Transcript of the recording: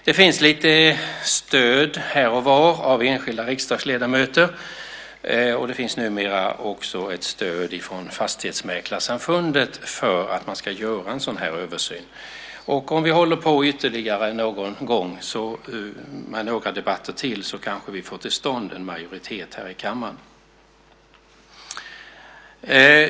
Det finns lite stöd här och var från enskilda riksdagsledamöter, och det finns numera också ett stöd från Fastighetsmäklarsamfundet, för att man ska göra en sådan här översyn. Om vi håller på ytterligare, med några debatter till, kanske vi får till stånd en majoritet här i kammaren.